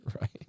Right